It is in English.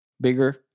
bigger